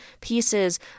pieces